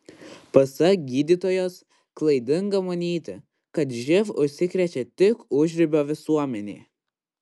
pasak gydytojos klaidinga manyti kad živ užsikrečia tik užribio visuomenė